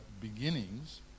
beginnings